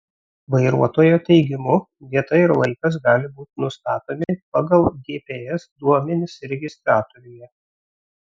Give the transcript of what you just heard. vairuotojo teigimu vieta ir laikas gali būti nustatomi pagal gps duomenis registratoriuje